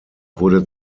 wurde